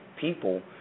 people